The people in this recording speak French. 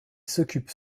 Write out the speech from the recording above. s’occupent